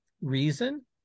reason